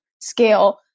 scale